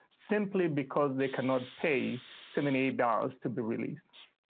simply because they cannot pay so many dollars to be released.